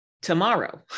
tomorrow